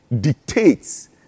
dictates